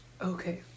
Okay